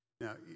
Now